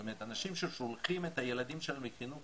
זאת אומרת אנשים ששולחים את הילדים שלהם לחינוך